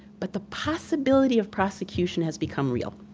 but the possibility of prosecution has become real,